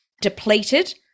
depleted